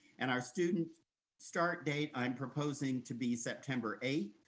and our students start date i'm proposing to be september eighth,